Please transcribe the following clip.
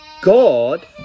God